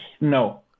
No